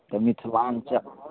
तऽ मिथिलाञ्चल